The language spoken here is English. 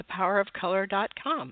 thepowerofcolor.com